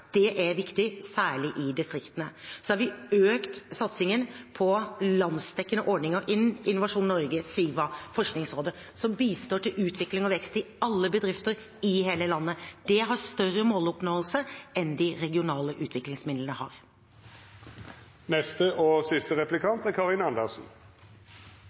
Det er viktig, særlig i distriktene. Vi har også økt satsingen på landsdekkende ordninger i Innovasjon Norge, SIVA og Forskningsrådet som bistår til utvikling og vekst i alle bedrifter i hele landet. Det har større måloppnåelse enn de regionale utviklingsmidlene har.